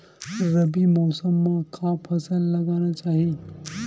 रबी मौसम म का फसल लगाना चहिए?